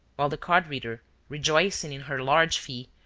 while the card-reader, rejoicing in her large fee,